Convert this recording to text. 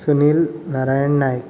Sunil Narayan Naik